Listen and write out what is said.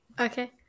Okay